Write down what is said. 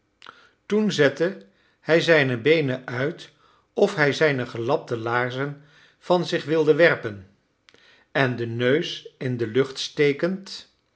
toen zette hij zijne beenen uit of hij zijne gelapte laarzen van zich wilde werpen en den neus in de lucht stekend